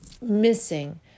missing